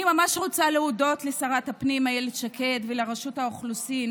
אני ממש רוצה להודות לשרת הפנים אילת שקד ולרשות האוכלוסין,